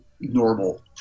normal